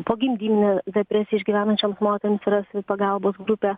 pogimdyvinę depresiją išgyvenančioms moterims yra savipagalbos grupė